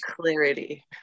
clarity